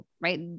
right